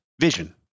vision